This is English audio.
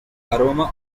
aroma